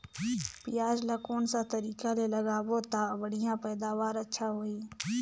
पियाज ला कोन सा तरीका ले लगाबो ता बढ़िया पैदावार अच्छा होही?